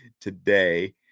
today